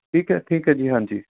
ਠੀਕ ਹੈ ਠੀਕ ਹੈ ਜੀ ਹਾਂਜੀ